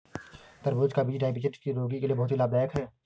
तरबूज का बीज डायबिटीज के रोगी के लिए बहुत ही लाभदायक है